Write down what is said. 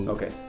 Okay